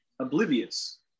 oblivious